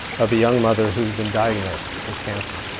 of a young mother who's been diagnosed but cancer.